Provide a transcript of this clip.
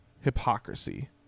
hypocrisy